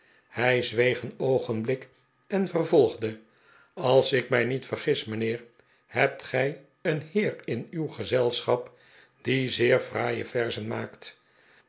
hij zweeg een oogenblik en vervolgde als ik mij niet vergis mijnheer hebt gij een heer in uw gezelschap die zeer fraaie verzen maakt